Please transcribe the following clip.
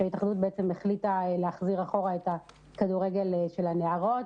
כשההתאחדות החליטה להחזיר אחורה את הכדורגל של הנערות.